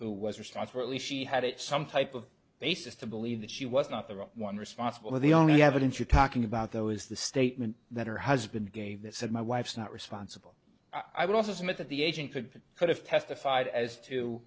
who was responsible at least she had it some type of basis to believe that she was not the right one responsible or the only evidence you're talking about though is the statement that her husband gave that said my wife's not responsible i would also submit that the agent could could have testified as to